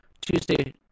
Tuesday